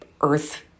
earth